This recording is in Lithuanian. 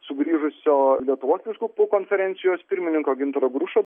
sugrįžusio lietuvos vyskupų konferencijos pirmininko gintaro grušo